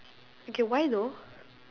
okay why though